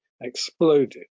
exploded